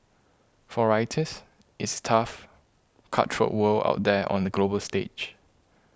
for writers it's tough cutthroat world out there on the global stage